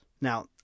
Now